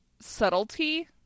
subtlety